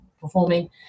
performing